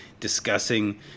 Discussing